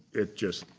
it just,